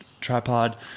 tripod